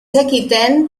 zekiten